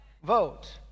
Vote